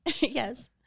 Yes